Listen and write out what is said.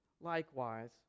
likewise